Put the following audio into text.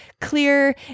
clear